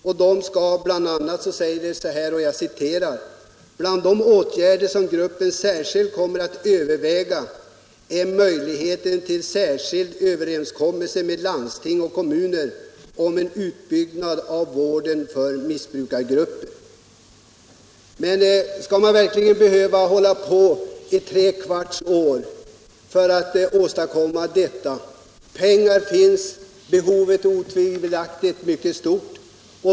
I pressmeddelandet heter det: ”Bland de åtgärder som gruppen särskilt kommer att överväga är möjligheten till särskild överenskommelse med landsting och kommuner om en utbyggnad av vården för missbrukargrupper.” Men skall man verkligen behöva hålla på i tre kvarts år för att åstadkomma detta? Pengar finns och behovet är otvivelaktigt mycket stort.